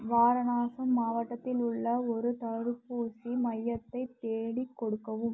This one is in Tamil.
வாரணாசி மாவட்டத்தில் உள்ள ஒரு தடுப்பூசி மையத்தை தேடி கொடுக்கவும்